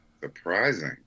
surprising